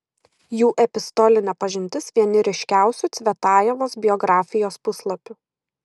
jų epistolinė pažintis vieni ryškiausių cvetajevos biografijos puslapių